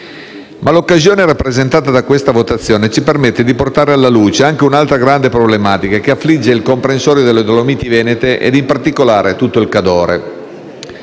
L'occasione rappresentata da questa votazione ci permette però di portare alla luce anche un'altra grande problematica che affligge il comprensorio delle Dolomiti venete ed in particolare tutto il Cadore.